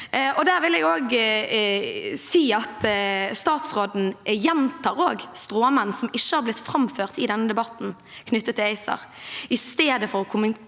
statsråden gjentar stråmenn som ikke er blitt framført i denne debatten knyttet til ACER,